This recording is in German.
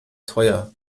teuer